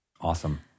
Awesome